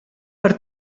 per